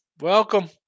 welcome